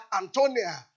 Antonia